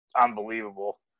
unbelievable